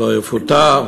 שלא יפוטר.